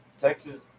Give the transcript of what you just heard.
Texas